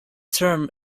term